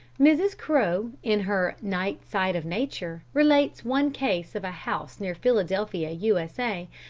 mrs. crowe, in her night side of nature, relates one case of a house near philadelphia, u s a,